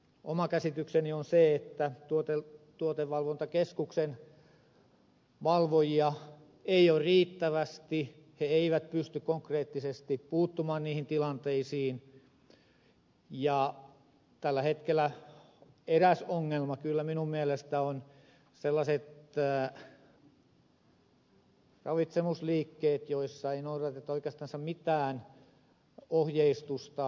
oma käsitykseni on se että tällä hetkellä tuotevalvontakeskuksen valvojia ei ole riittävästi he eivät pysty konkreettisesti puuttumaan niihin tilanteisiin ja tällä hetkellä eräs ongelma kyllä minun mielestäni on sellaiset ravitsemusliikkeet joissa ei noudateta oikeastansa mitään ohjeistusta